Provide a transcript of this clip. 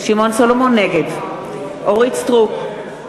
נגד אורית סטרוק,